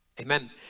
Amen